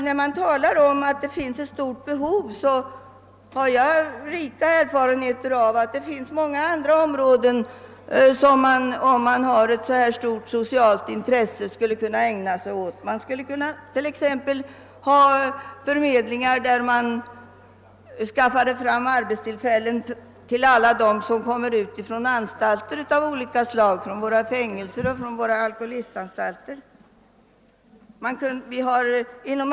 När det talas om att det finns ett så stort behov har jag rika erfarenheter av att det, om man har ett så stort socialt intresse, också finns andra områden att ägna sig åt. Det borde t.ex. finnas förmedlingar som skaffade arbete åt alla dem som kommer ut från anstalter av olika slag — fängelser och alkoholisthem.